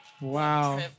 Wow